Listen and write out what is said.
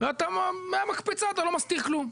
ואתה מהמקפצה, אתה לא מסתיר כלום.